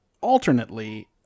alternately